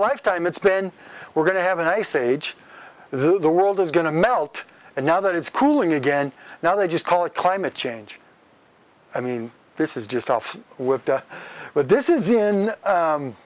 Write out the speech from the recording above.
lifetime it's been we're going to have an ice age the world is going to melt and now that it's cooling again now they just call it climate change i mean this is just off with but this is in